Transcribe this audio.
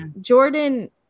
Jordan